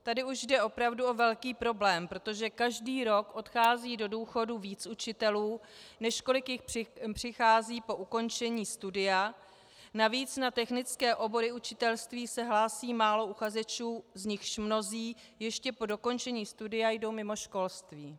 Tady už jde opravdu o velký problém, protože každý rok odchází do důchodu víc učitelů, než kolik jich přichází po ukončení studia, navíc na technické obory učitelství se hlásí málo uchazečů, z nichž mnozí ještě po dokončení studia jdou mimo školství.